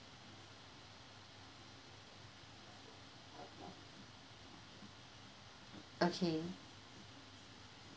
okay